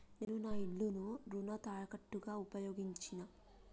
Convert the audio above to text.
నేను నా ఇల్లును రుణ తాకట్టుగా ఉపయోగించినా